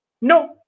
no